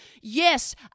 Yes